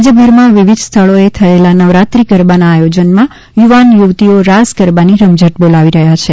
રાજ્યભરમાં વિવિધ સ્થળોએ થયેલા નવરાત્રિ ગરબાના આયોજનમાં યુવાન યુવતીઓ રાસ ગરબાની રમઝટ બોલાવી રહ્યા છે